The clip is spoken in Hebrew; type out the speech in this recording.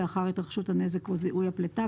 לאחר התרחשות הנזק או זיהוי הפליטה,